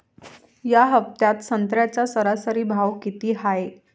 या हफ्त्यात संत्र्याचा सरासरी भाव किती हाये?